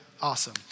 Awesome